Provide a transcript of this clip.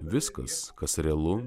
viskas kas realu